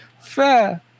Fair